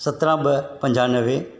सतरहां ॿ पंजानवे